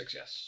yes